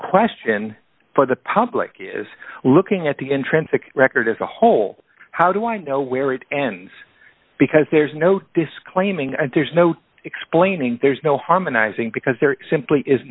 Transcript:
question for the public is looking at the intrinsic record as a whole how do i know where it ends because there's no disclaiming and there's no explaining there's no harmonizing because there simply is